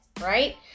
right